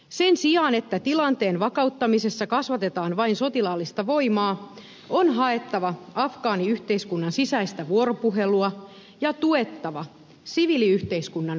sen sijaan että tilanteen vakauttamisessa kasvatetaan vain sotilaallista voimaa on haettava afgaaniyhteiskunnan sisäistä vuoropuhelua ja tuettava siviiliyhteiskunnan vahvistumista